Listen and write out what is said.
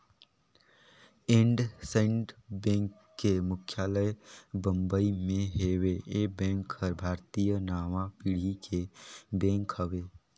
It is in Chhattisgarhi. इंडसइंड बेंक के मुख्यालय बंबई मे हेवे, ये बेंक हर भारतीय नांवा पीढ़ी के बेंक हवे